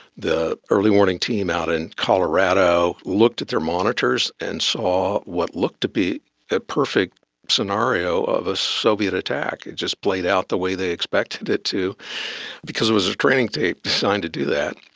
the early warning team out in colorado looked at their monitors and saw what looked to be a perfect scenario of a soviet attack, it just played out the way they expected it to because it was a training tape designed to do that.